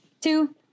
two